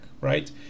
right